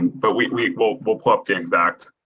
but we will will plug the exact.